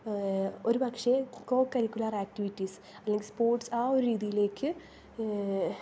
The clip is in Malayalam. ഒരു പക്ഷേ കോകരിക്കുലർ ആക്ടിവിറ്റിസ് അല്ലെങ്കിൽ സ്പോർട്സ് ആ ഒരു രീതിയിലേക്ക്